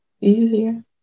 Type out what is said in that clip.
Easier